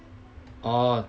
orh